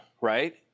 right